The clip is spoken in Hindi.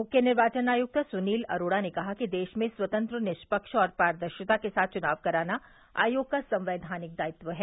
मुख्य निर्वाचन आयुक्त सुनील अरोड़ा ने कहा कि देश में स्वतंत्र निष्पक्ष और पारदर्शिता के साथ चुनाव कराना आयोग का संवैधानिक दायित्व है